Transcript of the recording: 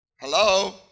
Hello